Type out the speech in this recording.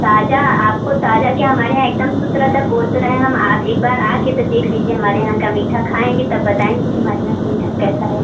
ताज़ा आपको ताज़ा क्या हमारे यहाँ एकदम शुद्ध रहता बोल तो रहे हैं हम आप एक बार आ कर तो देख लीजिए हमारे यहाँ का मीठा खाएंगी तब बताएंगी कि हमारे यहाँ का मीठा कैसा है